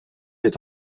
est